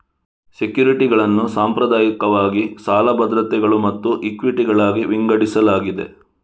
ಸೆಕ್ಯುರಿಟಿಗಳನ್ನು ಸಾಂಪ್ರದಾಯಿಕವಾಗಿ ಸಾಲ ಭದ್ರತೆಗಳು ಮತ್ತು ಇಕ್ವಿಟಿಗಳಾಗಿ ವಿಂಗಡಿಸಲಾಗಿದೆ